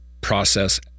process